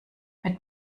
mit